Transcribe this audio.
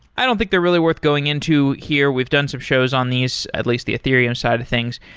i don't think they're really worth going into here. we've done some shows on these, at least the ethereum side of things,